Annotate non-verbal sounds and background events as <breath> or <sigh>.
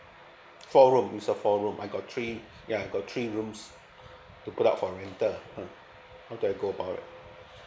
four rooms it's the rooms I got three <breath> ya I got three rooms to put up for rental uh how do I go about it